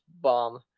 bomb